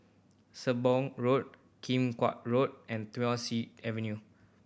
Sembong Road Kim Chuan Road and Thiam Siew Avenue